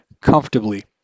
comfortably